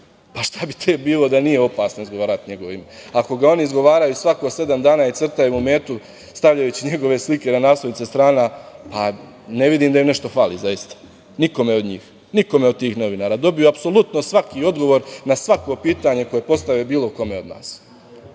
Šta bi tek bilo da nije opasno izgovarati njegovo ime? Ako ga oni izgovaraju svakih sedam dana i crtaju mu metu, stavljajući njegove slike na naslovnim stranama, pa ne vidim da im nešto fali, nikome od njih, nikome od tih novinara. Dobiju apsolutno svaki odgovor na svako pitanje koje postave bilo kome od nas,